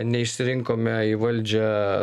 neišsirinkome į valdžią